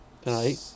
Tonight